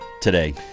today